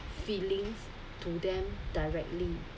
feelings to them directly